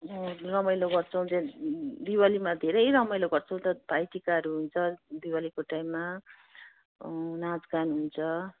रमाइलो गर्छौँ दिवालीमा धेरै रमाइलो गर्छौँ भाइटिकाहरू हुन्छ दिवालीको टाइममा नाचगान हुन्छ